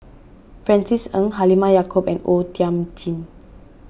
Francis Ng Halimah Yacob and O Thiam Chin